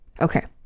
Okay